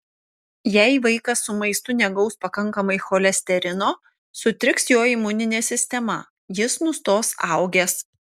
jei vaikas su maistu negaus pakankamai cholesterino sutriks jo imuninė sistema jis nustos augęs